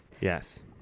Yes